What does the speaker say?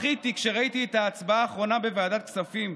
בכיתי כשראיתי את ההצבעה האחרונה בוועדת כספים,